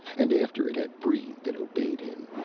and after it had breathed it obeyed him,